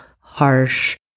harsh